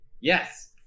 yes